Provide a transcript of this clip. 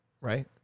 right